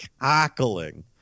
cackling